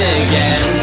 again